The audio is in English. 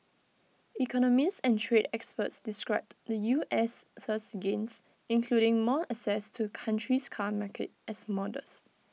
economists and trade experts described the U S's gains including more access to the country's car market as modest